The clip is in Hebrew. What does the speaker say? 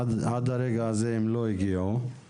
עד הרגע הזה הם לא הגיעו,